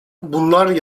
bunlar